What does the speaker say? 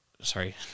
sorry